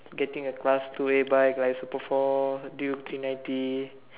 getting a class two a bike like super four till three ninety